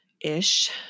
ish